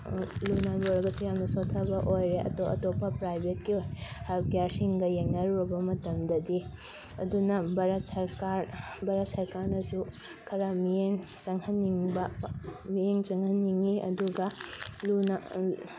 ꯂꯨ ꯅꯥꯟꯕ ꯑꯣꯏꯔꯒꯁꯨ ꯌꯥꯝꯅ ꯁꯣꯊꯕ ꯑꯣꯏꯔꯦ ꯑꯇꯣꯞ ꯑꯇꯣꯞꯄ ꯄ꯭ꯔꯥꯏꯚꯦꯠꯀꯤ ꯍꯦꯜꯊ ꯀꯦꯌꯔꯁꯤꯡꯒ ꯌꯦꯡꯅꯔꯨꯕ ꯃꯇꯝꯗꯗꯗꯤ ꯑꯗꯨꯅ ꯚꯥꯔꯠ ꯁꯔꯀꯥꯔ ꯚꯥꯔꯠ ꯁꯔꯀꯥꯔꯅꯁꯨ ꯈꯔ ꯃꯤꯠꯌꯦꯡ ꯆꯪꯍꯟꯅꯤꯡꯕ ꯃꯤꯠꯌꯦꯡ ꯆꯪꯍꯟꯅꯤꯡꯉꯤ ꯑꯗꯨꯒ ꯂꯨ ꯅꯥꯟ